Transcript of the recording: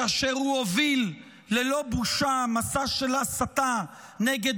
כאשר הוא הוביל ללא בושה מסע של הסתה נגד